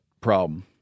problem